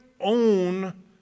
own